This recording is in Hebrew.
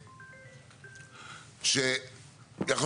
טוב.